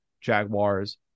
Jaguars